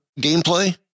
gameplay